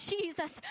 Jesus